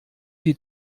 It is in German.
die